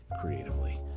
creatively